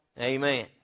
Amen